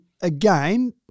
again